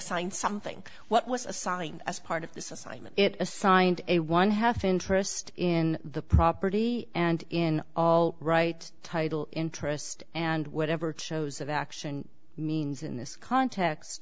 signed something what was assigned as part of this assignment it assigned a one half interest in the property and in all right title interest and whatever shows of action means in this context